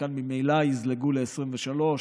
וחלקן ממילא יזלגו ל-2023.